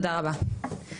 תודה רבה לך.